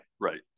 Right